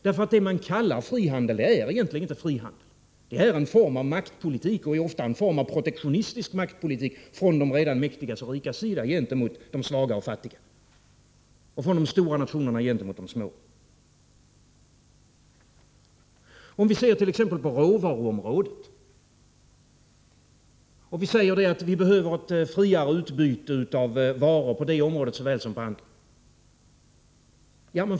Det vi kallar frihandel är egentligen inte frihandel utan en form av maktpolitik, och det är ofta en form av protektionistisk maktpolitik från de redan mäktigas och rikas sida gentemot de svaga och fattiga, från de stora nationernas sida gentemot de små. Låt oss se på t.ex. råvaruområdet och säga att vi behöver ett friare utbyte av varor på det området såväl som på andra.